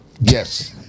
Yes